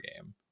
game